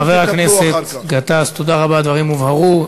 חבר הכנסת גטאס, תודה רבה, הדברים הובהרו.